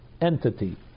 entity